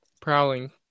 Prowling